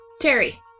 Terry